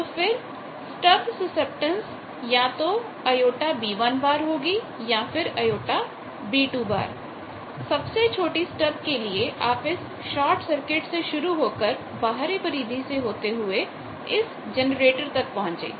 तो फिर stub susceptance या तो jB1 होगी या फिर jB2 सबसे छोटी स्टब के लिए आप इस शॉर्ट सर्किट से शुरू होकर बाहरी परिधि से होते हुए इस जनरेटर तक पहुंचे